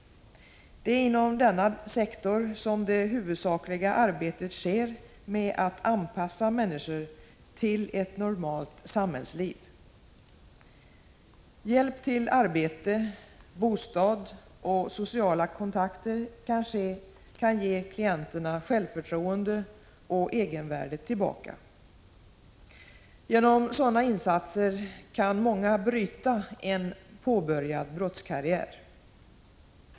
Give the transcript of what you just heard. Det är inom denna sektor som det huvudsakliga arbetet sker med att anpassa människor till ett normalt samhällsliv. Hjälp till arbete, bostad och positiva sociala kontakter kan ge klienterna självförtroende och egenvärde tillbaka. Genom sådana insatser kan många bryta en påbörjad brottskarriär.